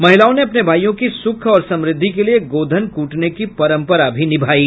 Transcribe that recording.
महिलाओं ने अपने भाईयों की सुख और समृद्धि के लिए गोधन कूटने की परम्परा भी निभायी